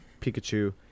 Pikachu